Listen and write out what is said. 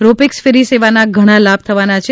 ropax ferry સેવાના ઘણા લાભ થવાના છે